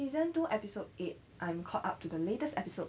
season two episode eight I'm caught up to the latest episode